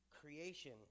creation